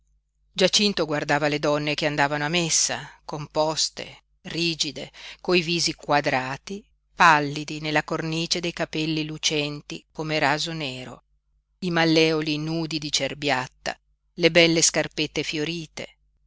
giacinto guardava le donne che andavano a messa composte rigide coi visi quadrati pallidi nella cornice dei capelli lucenti come raso nero i malleoli nudi di cerbiatta le belle scarpette fiorite